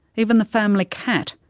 even the family cat,